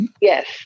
yes